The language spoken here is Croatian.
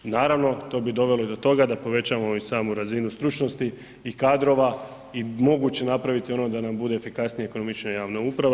Naravno, to bi dovelo i do toga da povećamo i samu razinu stručnosti i kadrova i moguće napraviti ono da nam bude efikasnija i ekonomičnija javna uprava.